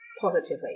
positively